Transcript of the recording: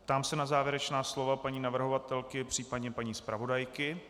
Ptám se na závěrečná slova paní navrhovatelky, případně paní zpravodajky.